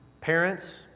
Parents